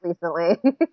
recently